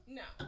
no